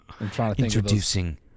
Introducing